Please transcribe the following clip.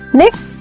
next